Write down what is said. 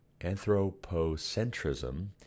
anthropocentrism